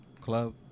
club